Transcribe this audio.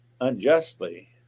unjustly